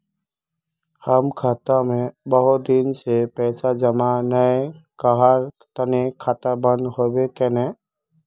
हम खाता में बहुत दिन से पैसा जमा नय कहार तने खाता बंद होबे केने?